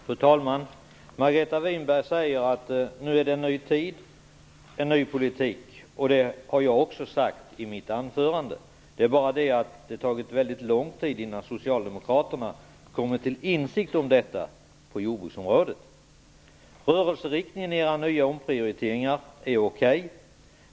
Fru talman! Margareta Winberg säger att det nu är en ny tid och en ny politik. Det har jag också sagt i mitt anförande. Det är bara det att det har tagit väldigt lång tid innan socialdemokraterna har kommit till insikt om detta på jordbruksområdet. Rörelseriktningen i era nya omprioriteringar är okej.